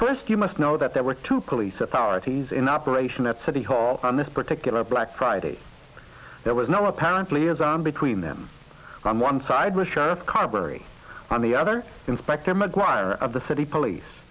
first you must know that there were two police authorities in operation at city hall on this particular black friday there was no apparently is armed between them on one side rashard carberry on the other inspector mcguire of the city police